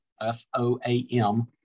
F-O-A-M